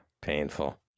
Painful